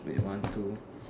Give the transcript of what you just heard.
three one two